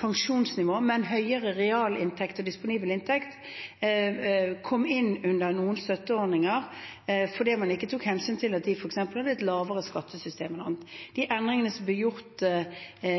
pensjonsnivå, men høyere realinntekt og disponibel inntekt, kom inn under noen støtteordninger fordi man ikke tok hensyn til at de f.eks. hadde et lavere skattesystem enn andre. De endringene som ble gjort